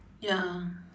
ya